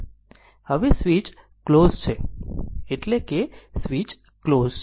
હવે switch close છે એટલે કે સ્વીચ ક્લોઝ છે